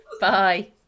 Bye